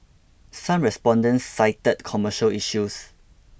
some respondents cited commercial issues